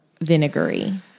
vinegary